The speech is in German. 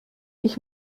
ich